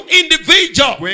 individual